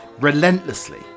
relentlessly